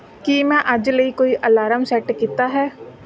ਕੀ ਮੈਂ ਅੱਜ ਲਈ ਕੋਈ ਅਲਾਰਮ ਸੈੱਟ ਕੀਤਾ ਹੈ